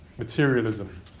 materialism